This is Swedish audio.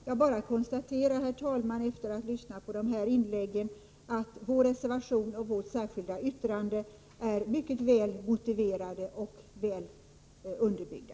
Herr talman! Jag bara konstaterar, efter att ha lyssnat på de här inläggen, att vår reservation och vårt särskilda yttrande är mycket väl motiverade och underbyggda.